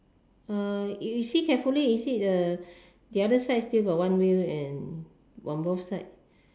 uh you see carefully is it the the other side still got one wheel and on both side